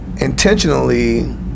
intentionally